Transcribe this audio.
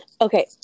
Okay